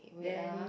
then